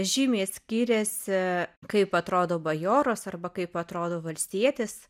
žymiai skyrėsi kaip atrodo bajoras arba kaip atrodo valstietis